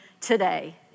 today